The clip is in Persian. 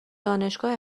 دانشگاه